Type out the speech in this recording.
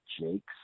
Jakes